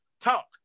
talk